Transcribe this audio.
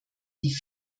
die